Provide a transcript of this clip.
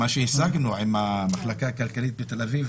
את מה שהשגנו עם המחלקה הכלכלית בתל אביב,